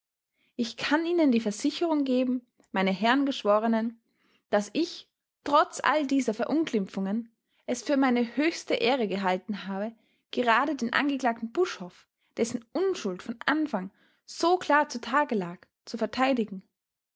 ich kann ihnen die versicherung geben meine herren geschworenen daß ich trotz all dieser verunglimpfungen es für meine höchste ehre gehalten habe gerade den angeklagten buschhoff dessen unschuld von anfang so klar zutage lag zu verteidigen